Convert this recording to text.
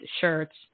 shirts